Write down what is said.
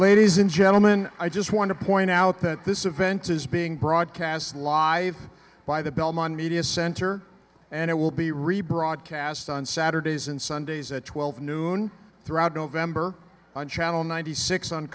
ladies and gentlemen i just want to point out that this event is being broadcast live by the belmont media center and it will be rebroadcast on saturdays and sundays at twelve noon throughout november on channel ninety six on